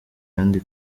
kandi